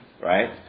Right